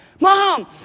Mom